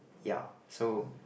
ya so